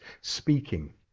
speaking